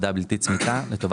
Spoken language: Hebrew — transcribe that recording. בישראל.